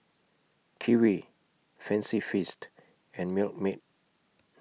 Kiwi Fancy Feast and Milkmaid